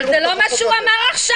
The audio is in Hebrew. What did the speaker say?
זה לא מה שהוא אמר עכשיו.